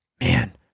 man